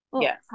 Yes